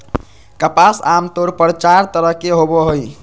कपास आमतौर पर चार तरह के होवो हय